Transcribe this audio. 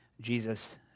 Jesus